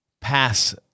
pass